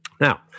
Now